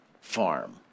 farm